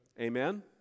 Amen